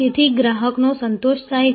જેથી ગ્રાહકનો સંતોષ થાય